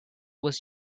was